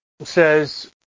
says